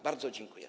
Bardzo dziękuję.